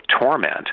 torment